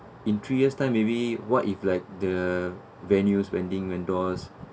in three years time maybe what if like the venues wending vendors